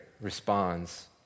responds